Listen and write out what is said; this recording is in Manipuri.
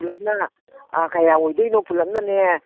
ꯄꯨꯂꯞꯅ ꯀꯌꯥ ꯑꯣꯏꯗꯣꯏꯅꯣ ꯄꯨꯂꯞꯅꯅꯦ